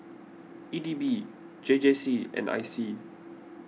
E D B J J C and I C